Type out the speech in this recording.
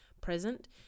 present